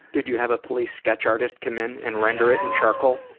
did you have a police sketch artist come in and render it in charcoal?